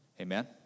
Amen